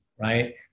right